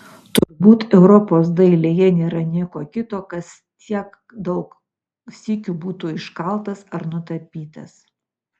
turbūt europos dailėje nėra nieko kito kas tiek daug sykių būtų iškaltas ar nutapytas